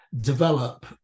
develop